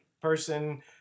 person